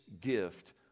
gift